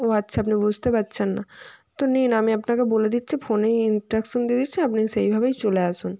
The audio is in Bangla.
ও আচ্ছা আপনি বুঝতে পাচ্ছেন না তো নিন আমি আপনাকে বলে দিচ্ছি ফোনেই ইন্সট্রাকশন দিয়ে দিচ্ছি আপনি সেইভাবেই চলে আসুন